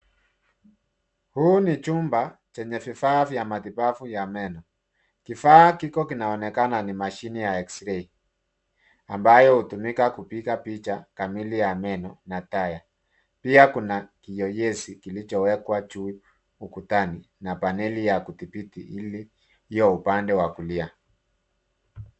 Huu ni chumba chenye vifaa vya matibabu ya meno. Kifaa kiko kinaonekana ni mashine ya eksirei ambayo hutumika kupiga picha kamili ya meno na taya. Pia kuna kiyoyozi kilichowekwa juu ukutani na paneli ya kudhibiti iliyo upande wa kulia.